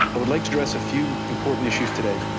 i would like to address a few important issues today.